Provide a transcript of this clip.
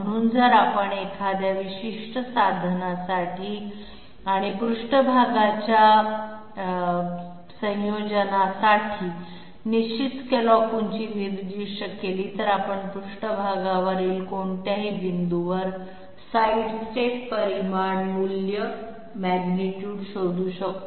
म्हणून जर आपण एखाद्या विशिष्ट साधनासाठी आणि पृष्ठभागाच्या संयोजनासाठी निश्चित स्कॅलॉप उंची निर्दिष्ट केली तर आपण पृष्ठभागावरील कोणत्याही बिंदूवर साइडस्टेप परिमाण मूल्य शोधू शकतो